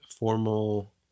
formal